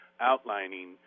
outlining